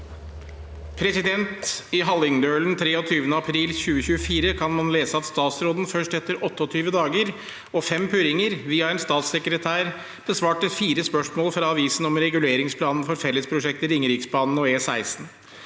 «I Hallingdølen 23. april 2024 kan man lese at statsråden først etter 28 dager og fem purringer, via en statssekretær, besvarte fire spørsmål fra avisen om reguleringsplanen for fellesprosjektet Ringeriksbanen og E16.